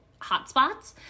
hotspots